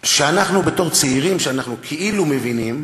שאנחנו, בתור צעירים, שאנחנו כאילו מבינים,